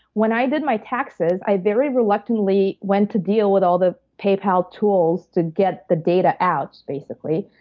when i did my taxes, i very reluctantly went to deal with all the paypal tools to get the data out, basically.